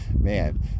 man